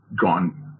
gone